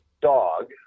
dog